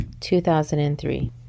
2003